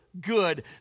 good